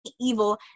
evil